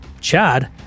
Chad